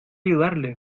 ayudarle